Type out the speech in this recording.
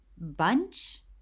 bunch